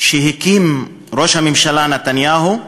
שהקים ראש הממשלה נתניהו.